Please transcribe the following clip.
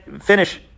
finish